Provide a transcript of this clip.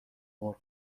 مرغ